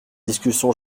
discussion